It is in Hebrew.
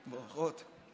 ברכות.